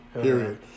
period